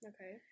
Okay